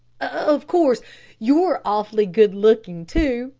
of course you're awfully good-looking, too,